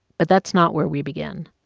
but that's not where we begin.